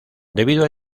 debido